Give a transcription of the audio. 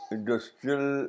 Industrial